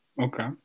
Okay